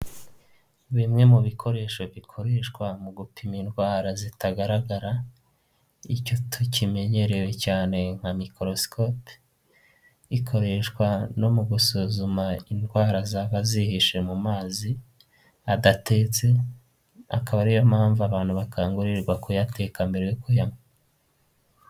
Bimwe mu bikoresho bikoreshwa mu gupima indwara zitagaragara, icyo tukimenyereye cyane nka mikorosikopi, ikoreshwa no mu gusuzuma indwara zaba zihishe mu mazi adatetse, akaba ariyo mpamvu abantu bakangurirwa kuyateka mbere yo kuyaywa.